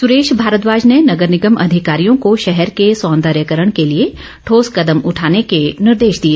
सुरेश भारद्वाज ने नगर निगम अधिकारियों को शहर के सौंदर्यकरण के लिए ठोस कदम उठाने के निर्देश दिए